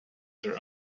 their